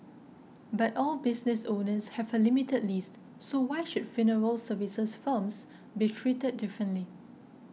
but all business owners have a limited lease so why should funeral services firms be treated differently